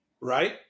right